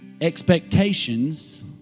expectations